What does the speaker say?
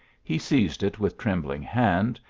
he seized it with trembling hand,